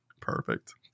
Perfect